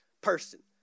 person